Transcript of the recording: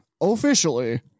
officially